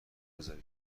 بذاری